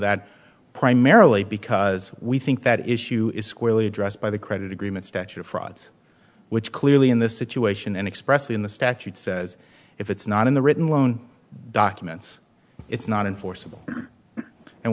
that primarily because we think that issue is squarely addressed by the credit agreement statute of frauds which clearly in this situation and expressly in the statute says if it's not in the written loan documents it's not enforce